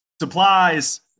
supplies